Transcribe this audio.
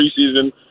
preseason